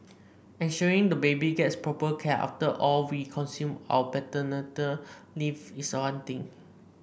ensuring the baby gets proper care after all we consume our leave is one thing